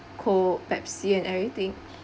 coke pepsi and everything